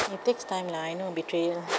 it takes time lah I know betrayer